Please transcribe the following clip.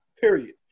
Period